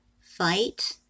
fight